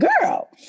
girl